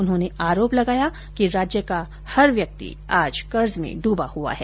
उन्होंने आरोप लगाया कि राज्य का हर व्यक्ति आज कर्ज में डूबा हुआ है